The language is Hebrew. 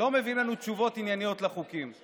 בהזדמנות הזאת אני מבקש מכל האנשים שנוגעים בהצעת החוק הזאת: